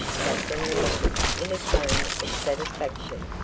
katherine remarked in a tone of satisfaction.